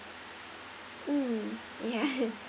mm ya